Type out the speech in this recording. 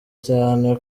cyane